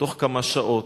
בתוך כמה שעות,